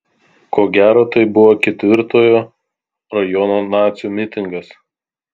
ko gero tai buvo ketvirtojo rajono nacių mitingas